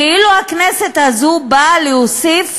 כאילו הכנסת הזו באה להוסיף